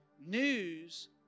News